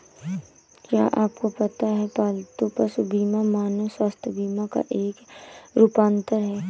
क्या आपको पता है पालतू पशु बीमा मानव स्वास्थ्य बीमा का एक रूपांतर है?